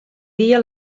dia